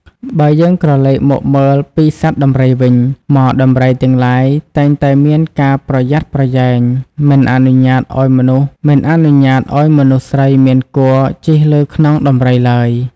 បើយើងក្រឡេកមកមើលពីសត្វដំរីវិញ ហ្មដំរីទាំងឡាយតែងតែមានការប្រយ័ត្នប្រយែង មិនអនុញ្ញាតឱ្យមនុស្សស្រីមានគភ៌ជិះលើខ្នងដំរីឡើយ។